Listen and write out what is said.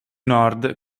nord